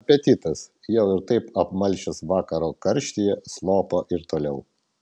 apetitas jau ir taip apmalšęs vakaro karštyje slopo ir toliau